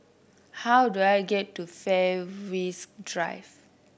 how do I get to Fairways Drive